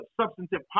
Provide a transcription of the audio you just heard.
substantive